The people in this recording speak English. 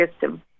system